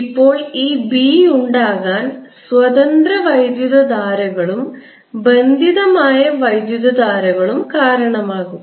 ഇപ്പോൾ ഈ B ഉണ്ടാകാൻ സ്വതന്ത്ര വൈദ്യുതധാരകളും ബന്ധിതമായ വൈദ്യുതധാരകളും കാരണമാകും